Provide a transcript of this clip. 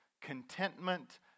contentment